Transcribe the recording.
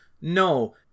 no